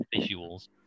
visuals